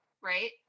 right